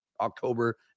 October